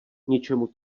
ničemu